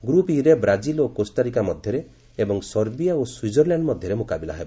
group E ରେ Brazil ଓ Costa Rica ମଧ୍ୟରେ ଏବଂ ସର୍ବିଆ ଓ ସୁଇଜରଲ୍ୟାଣ୍ଡ ମଧ୍ୟରେ ମୁକାବିଲା ହେବ